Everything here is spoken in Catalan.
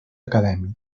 acadèmic